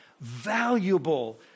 Valuable